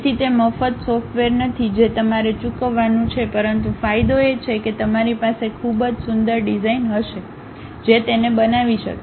તેથી તે મફત સોફ્ટવેર નથી જે તમારે ચૂકવવાનું છે પરંતુ ફાયદો એ છે કે તમારી પાસે ખૂબ જ સુંદર ડિઝાઇન હશે જે તેને બનાવી શકે